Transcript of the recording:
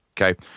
Okay